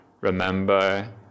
remember